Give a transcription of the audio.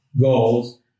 goals